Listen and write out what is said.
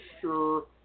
sure